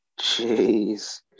Jeez